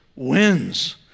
wins